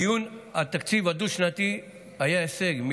בדיון התקציב הדו-שנתי היה הישג,